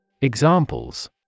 Examples